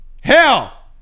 Hell